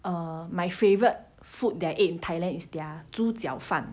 err my favorite food that I eat in thailand is their 猪脚饭